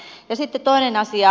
ja sitten toinen asia